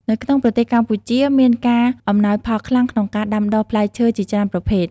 នៅក្នុងប្រទេសកម្ពុជាមានការ អំណោយផលខ្លាំង ក្នុងការដាំដុះផ្លែឈើជាច្រើនប្រភេទ។